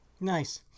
Nice